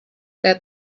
that